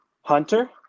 Hunter